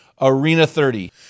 ARENA30